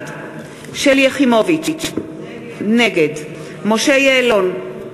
בעד שלי יחימוביץ, נגד משה יעלון,